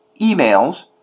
emails